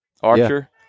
archer